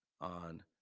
on